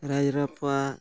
ᱨᱟᱡᱽ ᱨᱟᱯᱟᱜ